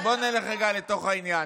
בוא נלך רגע לתוך העניין.